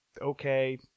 okay